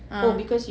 uh